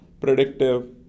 predictive